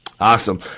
Awesome